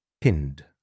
pinned